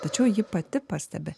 tačiau ji pati pastebi